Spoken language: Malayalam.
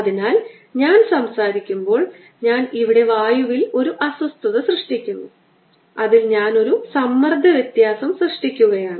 അതിനാൽ ഞാൻ സംസാരിക്കുമ്പോൾ ഞാൻ ഇവിടെ വായുവിൽ ഒരു അസ്വസ്ഥത സൃഷ്ടിക്കുന്നു അതിൽ ഞാൻ ഒരു സമ്മർദ്ദ വ്യത്യാസം സൃഷ്ടിക്കുകയാണ്